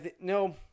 No